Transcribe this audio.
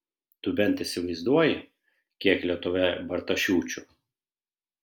tu bent įsivaizduoji kiek lietuvoje bartašiūčių